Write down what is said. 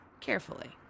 Carefully